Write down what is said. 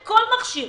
וכל מכשיר,